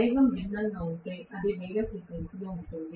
వేగం భిన్నంగా ఉంటే అది వేరే ఫ్రీక్వెన్సీలో ఉంటుంది